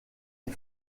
est